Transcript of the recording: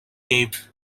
gave